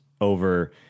over